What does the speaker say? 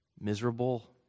Miserable